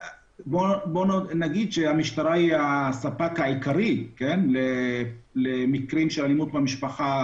נגיד שהמשטרה היא הספק העיקרי למרכזים למקרים של אלימות במשפחה.